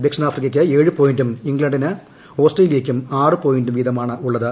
ദക്ഷിണാഫ്രിയ്ക്ക് ഏഴ് പോയിന്റും ് ഇംഗ്ലണ്ടിനും ഓസ്ട്രേലിയയ്ക്കും ആറ് പോയിന്റും വീതമാണുള്ളത്